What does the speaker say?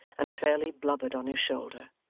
and fairly blubbered on his shoulder.